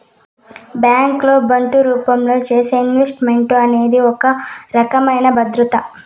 bank లో bond రూపంలో చేసే ఇన్వెస్ట్ మెంట్ అనేది ఒక రకమైన భద్రత